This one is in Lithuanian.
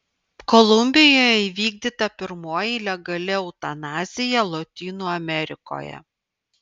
kolumbijoje įvykdyta pirmoji legali eutanazija lotynų amerikoje